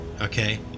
Okay